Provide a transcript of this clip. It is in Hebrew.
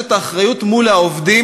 יש לה אחריות מול העובדים,